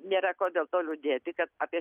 nėra ko dėl to liūdėti kad apie